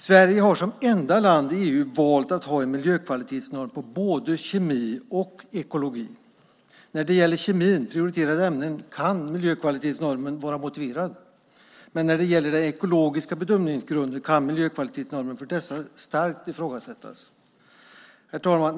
Sverige har som enda land i EU valt att ha en miljökvalitetsnorm för både kemi och ekologi. När det gäller kemi och prioriterade ämnen kan en miljökvalitetsnorm vara motiverad. Men när det gäller ekologiska bedömningsgrunder kan miljökvalitetsnormen för dessa starkt ifrågasättas. Herr talman!